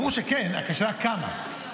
ברור שכן, השאלה רק כמה.